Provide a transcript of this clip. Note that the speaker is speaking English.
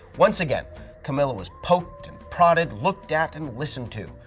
once again camilla was poked and prodded, looked at and listened to.